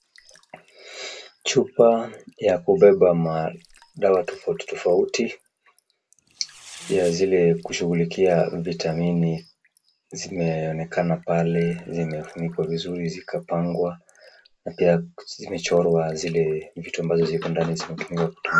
Chupa ya kubeba madawa tofautitofauti kama vile kushughulikia vitamini zimeonekana pale zimefunikwa vizuri zimekangwa na pia zimechorwa zile vitu ambazo ziko ndani.